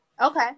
okay